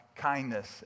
kindness